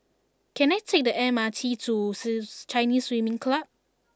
can I take the M R T to Chinese Swimming Club